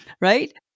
Right